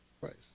price